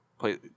play